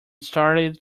started